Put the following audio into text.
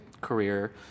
career